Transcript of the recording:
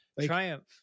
Triumph